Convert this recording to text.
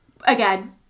again